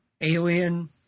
alien